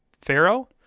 Pharaoh